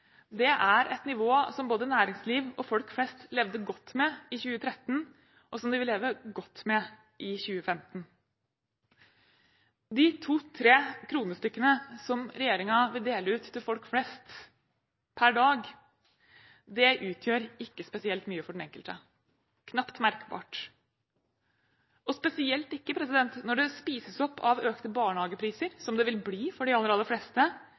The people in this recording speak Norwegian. felleskassen, er et nivå som både næringsliv og folk flest levde godt med i 2013, og som de vil leve godt med i 2015. De to–tre kronestykkene som regjeringen vil dele ut til folk flest per dag, utgjør ikke spesielt mye for den enkelte, knapt merkbart, og spesielt ikke når det spises opp av økte barnehagepriser, som det vil bli for de aller, aller fleste,